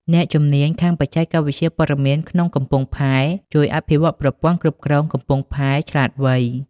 អ្នកជំនាញខាងបច្ចេកវិទ្យាព័ត៌មានក្នុងកំពង់ផែ ជួយអភិវឌ្ឍប្រព័ន្ធគ្រប់គ្រងកំពង់ផែឆ្លាតវៃ ។